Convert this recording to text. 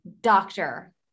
doctor